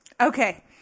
Okay